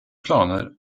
planer